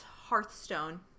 Hearthstone